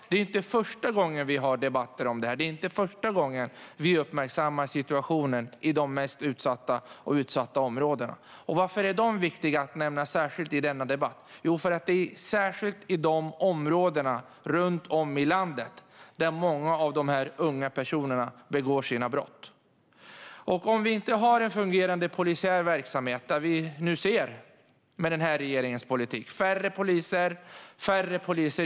Det är inte första gången vi debatterar dessa frågor, och det är inte första gången vi uppmärksammar situationen i de mest utsatta områdena. Varför är det viktigt att särskilt nämna dem i denna debatt? Jo, det är i de områdena runt om i landet många av dessa unga personer begår brott. Vi behöver en fungerande polisiär verksamhet - inte, som vi nu ser med den här regeringens politik, färre poliser och färre i yttre tjänst.